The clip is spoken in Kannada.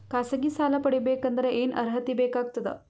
ಖಾಸಗಿ ಸಾಲ ಪಡಿಬೇಕಂದರ ಏನ್ ಅರ್ಹತಿ ಬೇಕಾಗತದ?